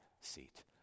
seat